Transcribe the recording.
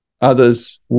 Others